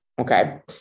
Okay